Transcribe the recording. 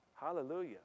Hallelujah